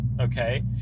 Okay